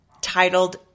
titled